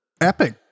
epic